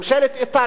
וממשלת איטליה,